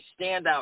standout